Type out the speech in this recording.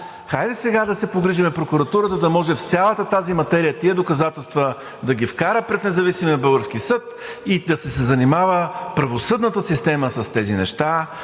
Хайде сега да се погрижим прокуратурата да може в цялата тази материя тези доказателства да ги вкара пред независимия български съд и да се занимава правосъдната система с тези неща,